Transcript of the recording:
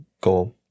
go